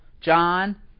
John